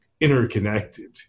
interconnected